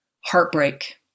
heartbreak